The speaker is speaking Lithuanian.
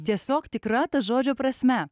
tiesiog tikra ta žodžio prasme